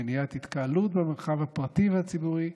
מניעת התקהלות במרחב הפרטי והציבורי,